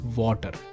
water